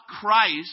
Christ